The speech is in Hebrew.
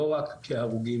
לא רק כהרוגים,